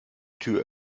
tür